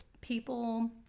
people